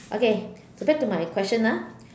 okay so back to my question ah